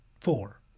four